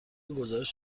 گزارش